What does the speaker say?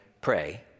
pray